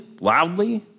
loudly